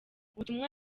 ubutumwa